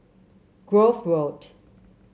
Grove Road